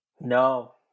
No